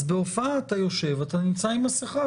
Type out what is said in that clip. בהופעה אתה יושב עם מסכה.